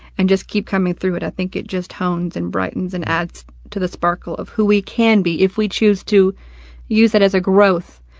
and just keep coming through it, i think it just hones and brightens and adds to the sparkle of who we can be if we choose to use it as a growth,